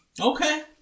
Okay